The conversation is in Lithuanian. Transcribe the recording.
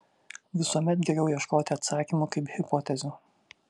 visuomet geriau ieškoti atsakymų kaip hipotezių